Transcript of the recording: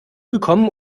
gekommen